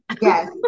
Yes